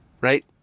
Right